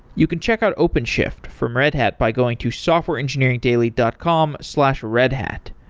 you can check out openshift from red hat by going to softwareengineeringdaily dot com slash redhat.